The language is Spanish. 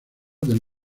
del